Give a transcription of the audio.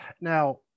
now